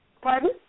Pardon